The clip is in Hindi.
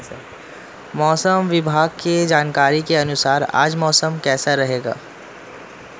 मौसम विभाग की जानकारी के अनुसार आज मौसम कैसा रहेगा?